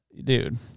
Dude